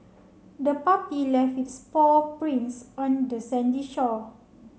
the puppy left its paw prints on the sandy shore